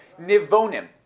Nivonim